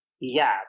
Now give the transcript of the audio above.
Yes